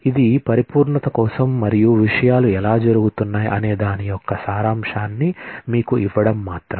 ఇది పరిపూర్ణత కోసం మరియు విషయాలు ఎలా జరుగుతున్నాయి అనే దాని యొక్క సారాంశాన్ని మీకు ఇవ్వడం మాత్రమే